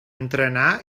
entrenar